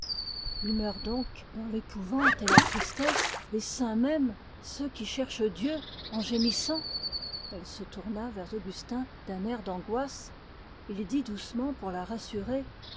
ils meurent donc dans l'épouvante les saints mêmes ceux qui cherchent dieu en gémissant elle se tourna vers augustin d'un air d'angoisse il dit doucement pour la rassurer